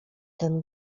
ten